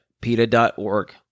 PETA.org